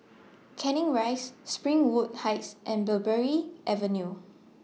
Canning Rise Springwood Heights and Mulberry Avenue